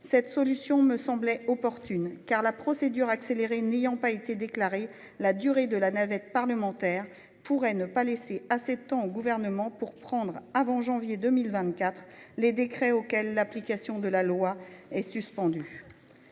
Cette solution me semblait opportune, car, la procédure accélérée n'ayant pas été déclarée, la durée de la navette parlementaire pourrait ne pas laisser assez de temps au Gouvernement pour prendre avant le mois de janvier 2024 les décrets auxquels l'application de la loi est suspendue.